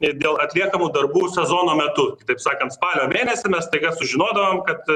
ir dėl atliekamų darbų sezono metu kitaip sakant spalio mėnesį staiga sužinodavom kad